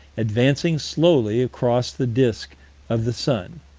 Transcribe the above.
advancing slowly across the disk of the sun,